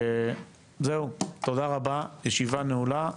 זהו, תודה רבה, הישיבה נעולה.